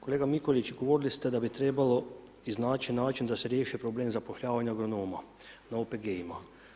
Kolega Mikulić, govorili ste da bi trebalo iznaći način da se riješi problem zapošljavanje agronoma na OPG-ima.